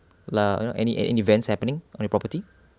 like you know any any events happening on your property